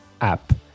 app